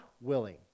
willing